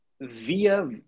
Via